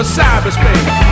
cyberspace